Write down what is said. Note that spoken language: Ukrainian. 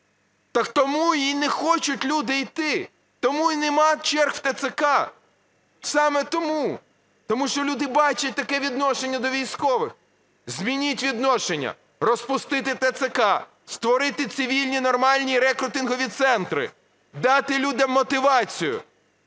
Так тому і не хочуть люди йти, тому і немає черг в ТЦК, саме тому, тому що люди бачать таке відношення до військових. Змініть відношення. Розпустити ТЦК. Створити цивільні нормальні рекрутингові центри. Дати людям мотивацію.